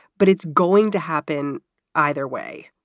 but it's going to happen either way.